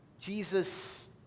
Jesus